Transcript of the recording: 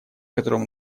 которым